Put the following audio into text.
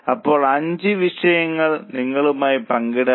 അപ്പോൾ അഞ്ച് വിഷയങ്ങൾ നിങ്ങളുമായി പങ്കിടാം